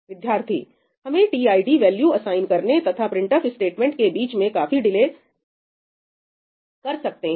विद्यार्थी हम TID value assign करने तथा प्रिंटफ स्टेटमेंट के बीच में काफी डिले कर सकते हैं